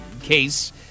case